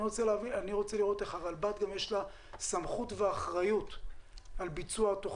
רוצה לראות איך יש לכם גם סמכות ואחריות על ביצועה,